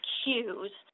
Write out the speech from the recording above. cues